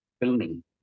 filming